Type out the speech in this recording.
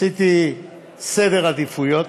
עשיתי סדר עדיפויות